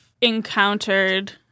encountered